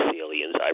aliens